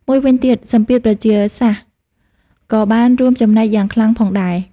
មួយវិញទៀត សម្ពាធប្រជាសាស្រ្ត ក៏បានរួមចំណែកយ៉ាងខ្លាំងផងដែរ។